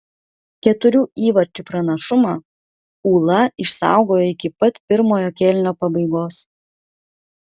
keturių įvarčių pranašumą ūla išsaugojo iki pat pirmojo kėlinio pabaigos